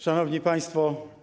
Szanowni Państwo!